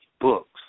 books